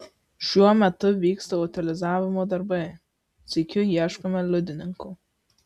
šiuo metu vyksta utilizavimo darbai sykiu ieškome liudininkų